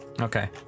Okay